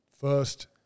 first